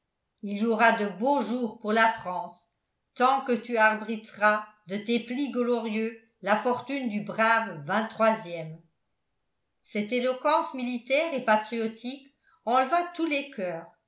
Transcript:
il y aura de beaux jours pour la france tant que tu abriteras de tes plis glorieux la fortune du brave ème cette éloquence militaire et patriotique enleva tous les coeurs